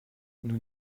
nous